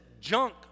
junk